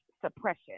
suppression